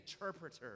interpreter